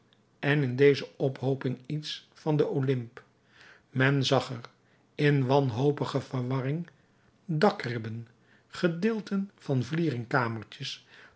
en in deze ophooping iets van den olymp men zag er in wanhopige verwarring dakribben gedeelten van vlieringkamertjes